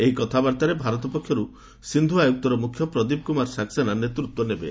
ଏହି କଥାବାର୍ତ୍ତାରେ ଭାରତ ପକ୍ଷରୁ ସିନ୍ଧୁ ଆୟୁକ୍ତର ମୁଖ୍ୟ ପ୍ରଦୀପ କୁମାର ସକ୍ସେନା ନେତୃତ୍ୱ ନେବେ